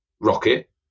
rocket